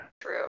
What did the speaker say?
True